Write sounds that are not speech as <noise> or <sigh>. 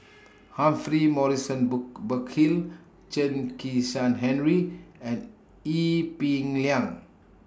<noise> Humphrey Morrison <unintelligible> Burkill Chen Kezhan Henri and Ee Peng Liang